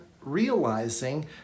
realizing